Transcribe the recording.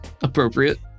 Appropriate